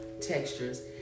textures